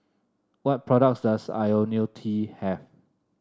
what products does IoniL T have